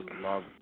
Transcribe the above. love